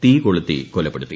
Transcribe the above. തീ കൊളുത്തി കൊലപ്പെടുത്തി